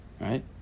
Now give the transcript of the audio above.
Right